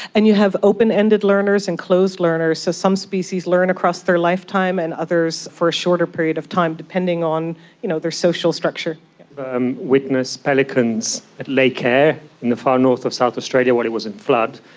and you have open ended learners and closed learners. so some species learn across their lifetime and others for a shorter period of time, depending on you know their social structure. i've and witnessed pelicans at lake eyre in the far north of south australia when it was in flood.